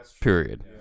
period